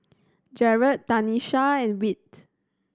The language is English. Jaret Tanisha and Whit